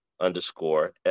underscore